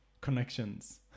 connections